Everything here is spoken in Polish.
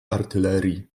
artylerii